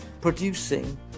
producing